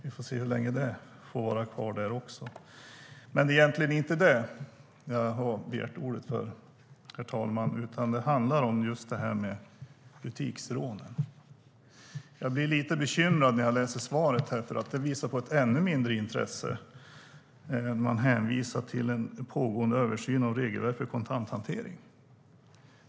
Vi får väl se hur länge det får vara kvar där. Det var egentligen inte för att tala om detta, herr talman, som jag begärde ordet utan just om butiksrånen. Jag blir lite bekymrad när jag läser svaret, för det visar på ett litet intresse. Det hänvisas till en pågående översyn av regelverket för kontanthantering.